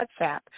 WhatsApp